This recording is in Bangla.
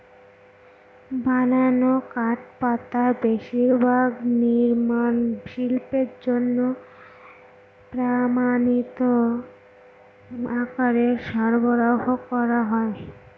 বানানো কাঠপাটা বেশিরভাগ নির্মাণ শিল্পের জন্য প্রামানিক আকারে সরবরাহ করা হয়